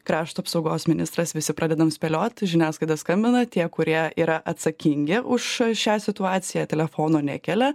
krašto apsaugos ministras visi pradedam spėliot žiniasklaida skambina tie kurie yra atsakingi už šią situaciją telefono nekelia